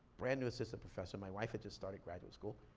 brand new assistant professor, my wife had just started graduate school.